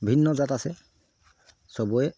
ভিন্ন জাত আছে চবৰে